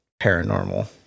paranormal